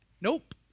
Nope